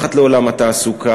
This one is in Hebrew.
נפתחת לעולם התעסוקה,